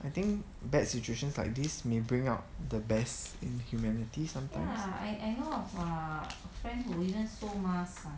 I think bad situations like this may bring out the best in humanities sometimes